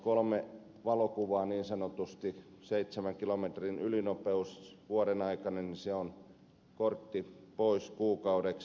kolme valokuvaa niin sanotusti seitsemän kilometrin ylinopeus vuoden aikana niin se on kortti pois kuukaudeksi